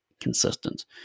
consistent